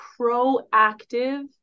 proactive